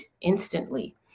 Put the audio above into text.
instantly